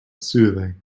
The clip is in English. soothing